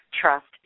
trust